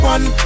One